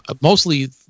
Mostly